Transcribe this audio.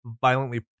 violently